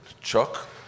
Chuck